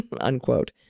unquote